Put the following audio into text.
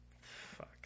fuck